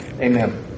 Amen